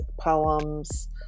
poems